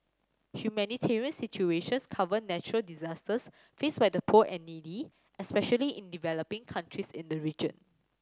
humanitarian situations cover natural disasters faced by the poor and needy especially in developing countries in the region